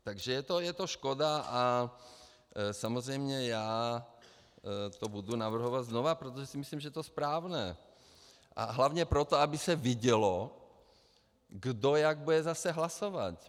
Takže je to škoda a samozřejmě já to budu navrhovat znova, protože si myslím, že je to správné, a hlavně proto, aby se vidělo, kdo jak bude zase hlasovat.